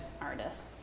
artists